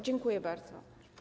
Dziękuję bardzo.